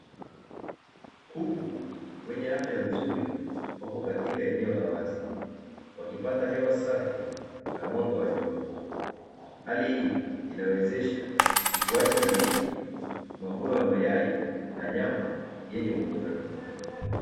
Kuku wenye afya nzuri wako katika eneo la wazi, wakipata hewa safi na mwanga wa jua, hali hii inawezesha ukuaji thabiti, mavuno ya mayai na nyama yenye ubora.